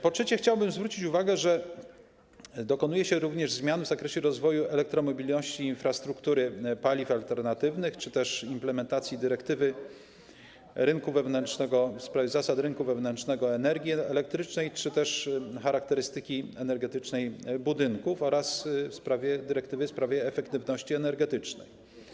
Po trzecie, chciałbym zwrócić uwagę, że dokonuje się również zmian w zakresie rozwoju elektromobilności i infrastruktury paliw alternatywnych czy też implementacji dyrektywy w sprawie zasad rynku wewnętrznego energii elektrycznej, czy też charakterystyki energetycznej budynków oraz dyrektywy w sprawie efektywności energetycznej.